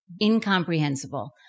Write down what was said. Incomprehensible